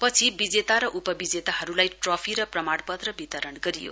पछि बिजेता र उपविजेताहरूलाई ट्रफी र प्रमाण पत्र वितरण गरियो